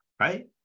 Right